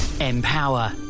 empower